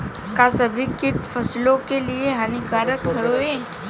का सभी कीट फसलों के लिए हानिकारक हवें?